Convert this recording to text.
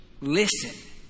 listen